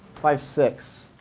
five, six.